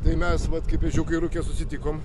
tai mes vat kaip ežiukai rūke susitikom